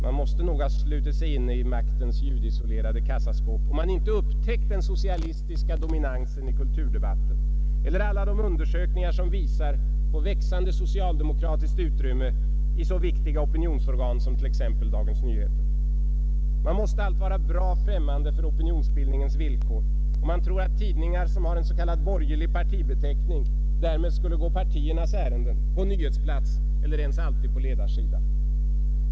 Man måste nog ha slutit sig inne i maktens ljudisolerade kassaskåp, om man inte upptäckt den socialistiska dominansen i kulturdebatten eller alla de undersökningar som visar på växande socialdemokratiskt utrymme i så viktiga opinionsorgan som t.ex. Dagens Nyheter. Man måste allt vara bra främmande för opinionsbildningens villkor, om man tror att tidningar som har en s.k. borgerlig partibeteckning därmed skulle gå partiernas ärenden på nyhetsplats eller ens alltid på ledarsidan.